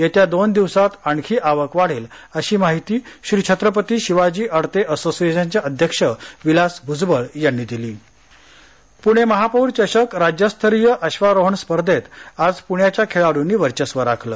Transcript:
येत्या दोन दिवसांत आणखी आवक वाढेल अशी माहिती श्री छत्रपती शिवाजी अडते असोसिएशनचे अध्यक्ष विलास भूजबळ यांनी दिली अश्वरोहण पुणे महापौर चषक राज्यस्तरीय अश्वारोहण स्पर्धेत आज पुण्याच्या खेळाडुंनी वर्चस्व राखलं